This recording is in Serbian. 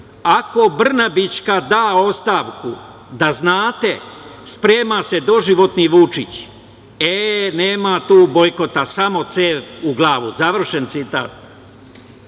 ako Brnabićka da ostavku, da znate sprema se doživotni Vučić - e, nema tu bojkota, samo cev u glavu, završen citat.